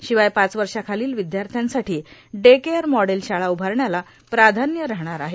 शिवाय पाच वर्षाखालील विद्यार्थ्यांसाठी डे केअर मॉडेल शाळा उभारण्याला प्राधान्य राहणार आहे